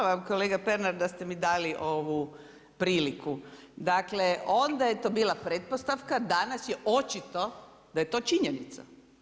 Hvala vam kolega Pernar da ste mi dali priliku, dakle onda je to bila pretpostavka, danas je očito da je to činjenica.